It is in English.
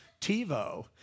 TiVo